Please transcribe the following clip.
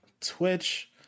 Twitch